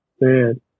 Man